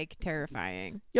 terrifying